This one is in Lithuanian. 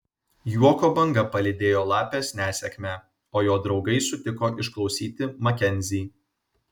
juoko banga palydėjo lapės nesėkmę o jo draugai sutiko išklausyti makenzį